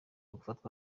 gufatwa